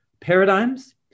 paradigms